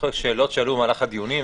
שאלות שעלו במהלך הדיונים,